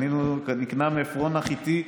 נקנה מעפרון החיתי.